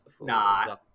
Nah